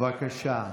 בבקשה.